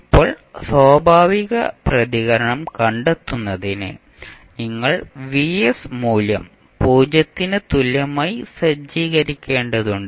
ഇപ്പോൾ സ്വാഭാവിക പ്രതികരണം കണ്ടെത്തുന്നതിന് നിങ്ങൾ Vs മൂല്യം 0 ന് തുല്യമായി സജ്ജീകരിക്കേണ്ടതുണ്ട്